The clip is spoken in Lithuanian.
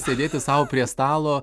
sėdėti sau prie stalo